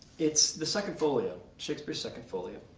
it's the second folio, shakespeare's second folio,